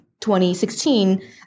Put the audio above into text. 2016